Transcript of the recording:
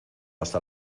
hasta